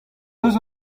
eus